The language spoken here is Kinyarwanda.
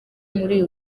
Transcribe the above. muri